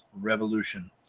revolution